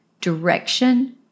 direction